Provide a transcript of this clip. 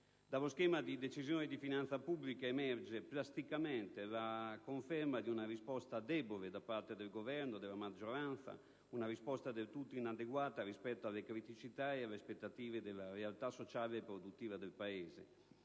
Dallo schema di Decisione di finanza pubblica emerge plasticamente la conferma di una risposta debole da parte del Governo e della maggioranza, del tutto inadeguata rispetto alle criticità e alle aspettative della realtà sociale e produttiva del Paese,